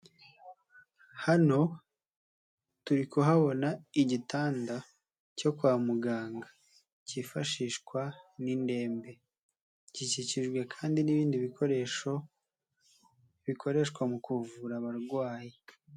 Hano, turi kuhabona igitanda cyo kwa muganga, kifashishwa n'indembe. Gikikijwe kandi n'ibindi bikoresho, bikoreshwa mu kuvura abarwayi.